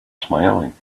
smiling